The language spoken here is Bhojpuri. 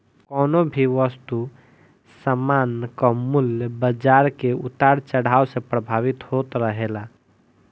कवनो भी वस्तु सामान कअ मूल्य बाजार के उतार चढ़ाव से प्रभावित होत रहेला